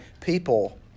people